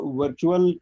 virtual